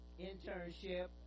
internship